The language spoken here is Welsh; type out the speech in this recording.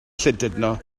llandudno